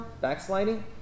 Backsliding